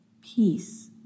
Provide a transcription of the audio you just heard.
peace